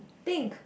pink